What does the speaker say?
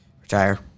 Retire